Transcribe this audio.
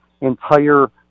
entire